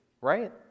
right